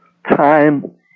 time